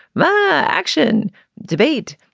but action debate.